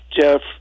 Jeff